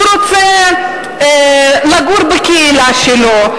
הוא רוצה לגור בקהילה שלו,